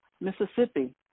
Mississippi